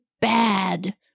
bad